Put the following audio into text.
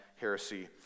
heresy